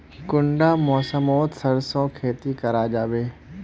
कुंडा मौसम मोत सरसों खेती करा जाबे?